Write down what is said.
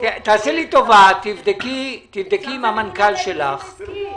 תבדקי עם המנכ"ל שלך.